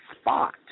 spot